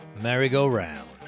Merry-go-round